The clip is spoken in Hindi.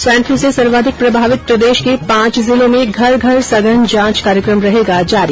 स्वाइन फ्लू से सर्वाधिक प्रभावित प्रदेश के पांच जिलों में घर घर सघन जांच कार्यक्रम रहेगा जारी